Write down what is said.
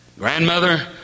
Grandmother